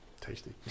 tasty